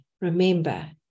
Remember